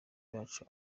bacu